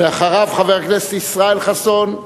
אחריו, חבר הכנסת ישראל חסון,